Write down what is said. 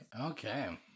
Okay